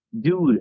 dude